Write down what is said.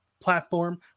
platform